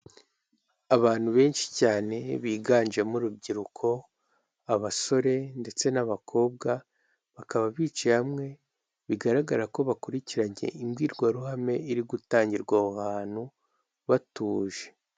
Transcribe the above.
Abantu benshi cyane biganjemo urubyiruko, abasore ndetse n'abakobwa bakaba bicaye hamwe, bigaragara ko bakurikiranye imbwirwaruhame iri gutangirwa aho hantu batuje.